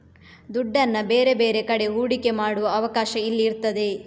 ದುಡ್ಡನ್ನ ಬೇರೆ ಬೇರೆ ಕಡೆ ಹೂಡಿಕೆ ಮಾಡುವ ಅವಕಾಶ ಇಲ್ಲಿ ಇರ್ತದೆ